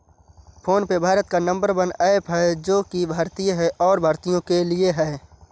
phone पे भारत का number one app है जो की भारतीय है और भारतीयों के लिए है